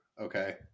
okay